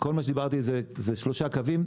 כל מה שדיברתי עליו אלו שלושה קווים,